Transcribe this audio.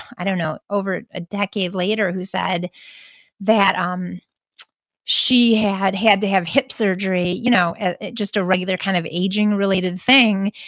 i don't know, over a decade later, who said that um she had had to have hip surgery, you know ah just a regular kind of aging-related thing,